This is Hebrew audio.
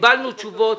קיבלנו תשובות.